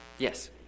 Yes